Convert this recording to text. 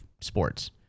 sports